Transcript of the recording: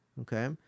Okay